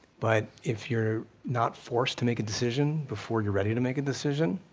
but if you're not forced to make a decision before you're ready to make a decision,